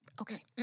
Okay